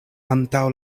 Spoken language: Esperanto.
antaŭ